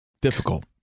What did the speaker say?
Difficult